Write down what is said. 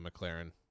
McLaren